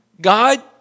God